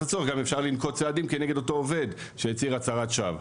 הצורך גם אפשר לנקוט צעדים כנגד אותו עובד שהצהיר הצהרת שווא.